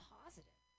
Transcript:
positive